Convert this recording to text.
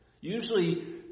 Usually